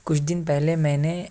کچھ دن پہلے میں نے